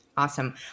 Awesome